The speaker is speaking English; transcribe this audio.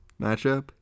matchup